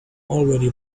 already